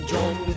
John